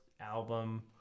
album